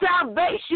salvation